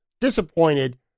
disappointed